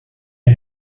you